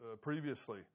previously